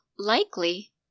likely